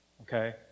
Okay